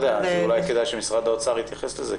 אולי כדאי שמשרד האוצר יתייחס לזה,